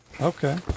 Okay